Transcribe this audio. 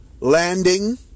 landing